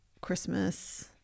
Christmas